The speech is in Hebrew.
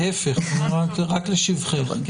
להפך, זה רק לשבחך.